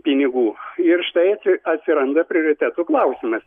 pinigų ir štai atsi atsiranda prioritetų klausimas